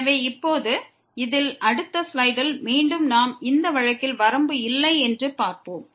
எனவே இப்போது இதில் அடுத்த ஸ்லைடில் மீண்டும் நாம் இந்த வழக்கில் வரம்பு இல்லை என்று பார்ப்போம்